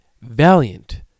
Valiant